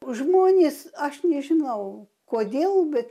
žmonės aš nežinau kodėl bet